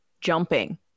jumping